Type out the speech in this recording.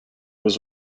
was